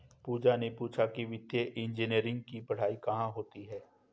पूजा ने पूछा कि वित्तीय इंजीनियरिंग की पढ़ाई कहाँ होती है?